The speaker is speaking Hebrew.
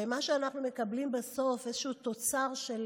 ומה שאנחנו מקבלים בסוף זה איזשהו תוצר של